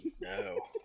no